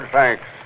Thanks